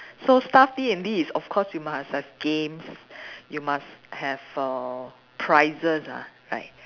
so staff D&D is of course you must have games you must have err prizes lah right